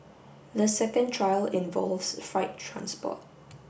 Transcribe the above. the second trial involves fright transport